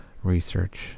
research